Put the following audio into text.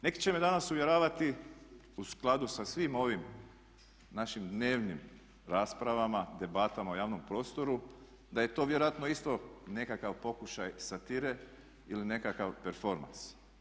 Neki će me danas uvjeravati u skladu sa svim ovim našim dnevnim raspravama, debatama u javnom prostoru da je to vjerojatno isto nekakav pokušaj satire ili nekakav performans.